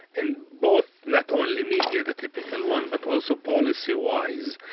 and both not only media, the typical one, but also policywise,